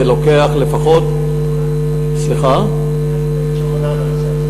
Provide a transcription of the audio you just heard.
זה לוקח לפחות, מי השופט שמונה לנושא הזה?